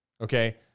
okay